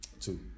two